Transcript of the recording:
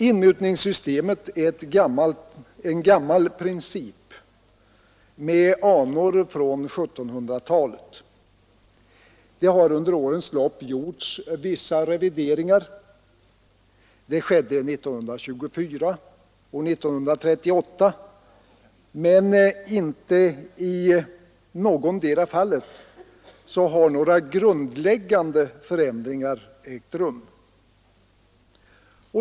Inmutningssystemet är en gammal princip med anor från 1700-talet. Det har under årens lopp gjorts vissa revideringar — det skedde 1924 och 1938 — men inte i någotdera fallet har några grundläggande förändringar ägt rum.